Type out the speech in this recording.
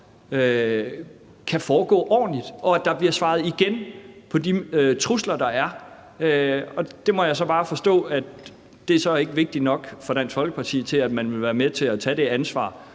kan foregå ordentligt, og at der bliver svaret igen på de trusler, der er. Det må jeg så bare forstå ikke er vigtigt nok for Dansk Folkeparti til, at man vil være med til at tage det ansvar